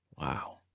wow